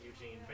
Eugene